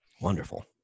Wonderful